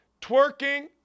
twerking